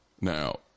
Now